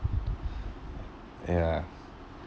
ya